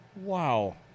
Wow